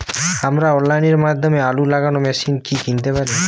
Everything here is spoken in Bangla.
আমরা অনলাইনের মাধ্যমে আলু লাগানো মেশিন কি কিনতে পারি?